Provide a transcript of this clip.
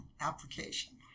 application